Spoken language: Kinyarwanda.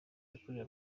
yakorewe